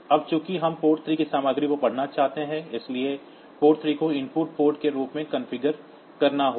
अब चूंकि हम पोर्ट 3 की सामग्री को पढ़ना चाहते हैं इसलिए पोर्ट 3 को इनपुट पोर्ट के रूप में कॉन्फ़िगर करना होगा